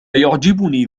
يعجبني